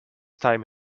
time